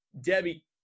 Debbie